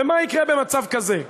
ומה יקרה במצב כזה?